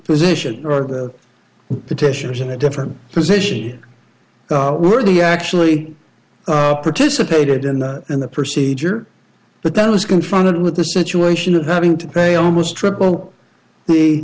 position or the petitioners in a different position were they actually participated in the in the procedure but those confronted with the situation of having to pay almost triple the